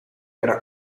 era